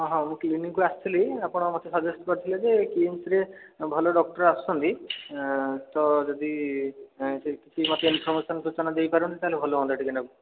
ହଁ ହଁ ମୁଁ କ୍ଲିନିକ୍କୁ ଆସିଥିଲି ଆପଣ ମୋତେ ସଜେଷ୍ଟ୍ କରିଥିଲେ ଯେ କିମ୍ସରେ ଭଲ ଡକ୍ଟର ଆସୁଛନ୍ତି ତ ଯଦି ସୂଚନା ଦେଇପାରନ୍ତେ ତା'ହେଲେ ଭଲ ହୁଅନ୍ତା ଟିକେନାକୁ